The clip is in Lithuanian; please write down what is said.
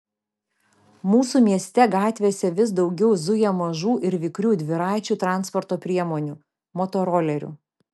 mūsų miestų gatvėse vis daugiau zuja mažų ir vikrių dviračių transporto priemonių motorolerių